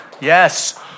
yes